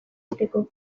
egiteko